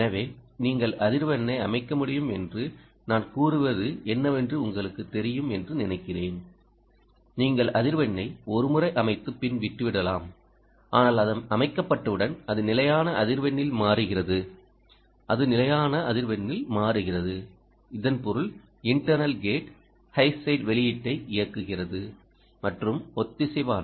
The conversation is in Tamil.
எனவே நீங்கள் அதிர்வெண்ணை அமைக்க முடியும் என்று நான் கூறுவது என்னவென்று உங்களுக்குத் தெரியும் என்று நினைக்கிறேன் நீங்கள் அதிர்வெண்ணை ஒரு முறை அமைத்து பின் விட்டுவிடலாம் ஆனால் அது அமைக்கப்பட்டவுடன் அது நிலையான அதிர்வெண்ணில் மாறுகிறது அது நிலையான அதிர்வெண்ணில் மாறுகிறது இதன் பொருள் இன்டர்னல் கேட் ஹை சைட் வெளியீட்டை இயக்குகிறது மற்றும் ஒத்திசைவான